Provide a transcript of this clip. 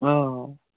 آ آ